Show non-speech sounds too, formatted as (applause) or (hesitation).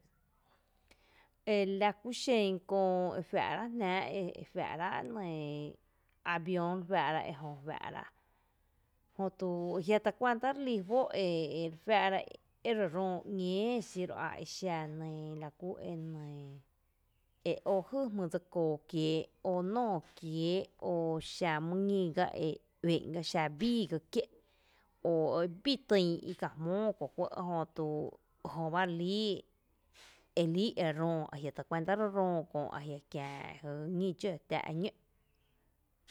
Ela kú xen köö e faa’ rá’ jná’ avioon faa’ ra ejö faa’ ra jötu ajia’ ta cuanta relí fó’ e ere juaa’ra e re rǿǿ ´ñee xiro a exa nɇɇ laku nɇɇ e ó jy jmy dse koo kiee’ e ó nóo kiée’ o xa mý ñíga e u’e´n gá xa bii gá kié’ o bí tyn ika jmóo kö’ juɇ’ jötu jöba elii (hesitation) elíi e rǿǿ ajia’ tacuanta re rǿǿ köö ajia kiä jy ñí dxǿ tⱥⱥ’ ñǿ’.